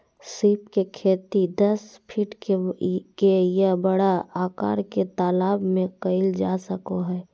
सीप के खेती दस फीट के या बड़ा आकार के तालाब में कइल जा सको हइ